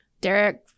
Derek